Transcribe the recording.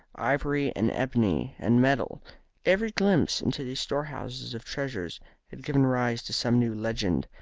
ivory, and ebony, and metal every glimpse into these storehouses of treasure had given rise to some new legend.